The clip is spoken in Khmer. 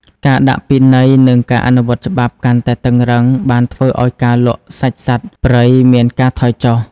ការដាក់ពិន័យ និងការអនុវត្តច្បាប់កាន់តែតឹងរ៉ឹងបានធ្វើឱ្យការលក់សាច់សត្វព្រៃមានការថយចុះ។